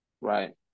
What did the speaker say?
Right